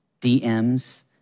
DMs